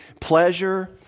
pleasure